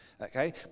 okay